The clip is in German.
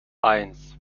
eins